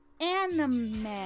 anime